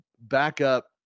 backup